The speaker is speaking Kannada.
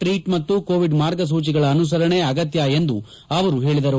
ಟ್ರೀಟ್ ಮತ್ತು ಕೋವಿಡ್ ಮಾರ್ಗಸೂಚಿಗಳ ಅನುಸರಣೆ ಅಗತ್ಯ ಎಂದು ಅವರು ಹೇಳಿದರು